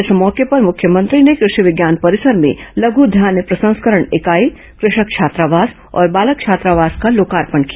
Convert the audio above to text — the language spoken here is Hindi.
इस मौके पर मुख्यमंत्री ने कृषि विज्ञान परिसर में लघ् धान्य प्रसंस्करण इकाई कृषक छात्रावास और बालक छात्रावास का लोकार्पण किया